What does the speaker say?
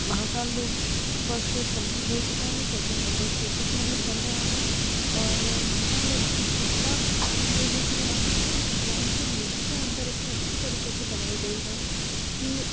Mahakal Lok first phase complete हो चुका है सेकंड अंडर प्रोसेस में है चला रहा है और महाकाल लोक की विशेषता ये है कि यहाँ पर सभी भगवान की मूर्तियाँ अन्दर इतने अच्छी तरीके से बनाई गई है कि